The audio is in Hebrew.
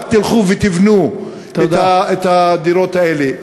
רק תלכו ותבנו את הדירות האלה.